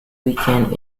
weekend